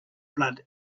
blood